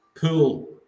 pool